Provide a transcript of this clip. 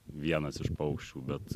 vienas iš paukščių bet